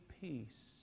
peace